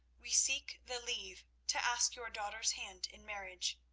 we seek the leave to ask your daughter's hand in marriage.